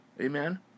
Amen